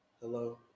Hello